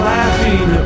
Laughing